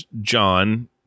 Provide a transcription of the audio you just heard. John